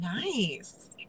Nice